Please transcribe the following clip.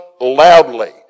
loudly